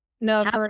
no